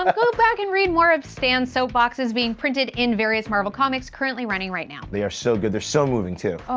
um go back and read more of stan's soapboxes being printed in various marvel comics currently running right now. they are so good. they're so moving, too.